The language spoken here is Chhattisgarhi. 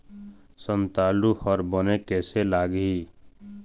संतालु हर बने कैसे लागिही?